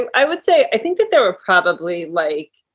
and i would say i think that there were probably like,